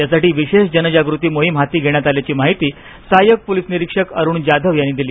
यासाठी विशेष जनजागृती मोहीम हाती घेण्यात आल्याची माहिती सहायक पोलीस निरीक्षक अरुण जाधव यांनी दिली